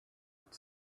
had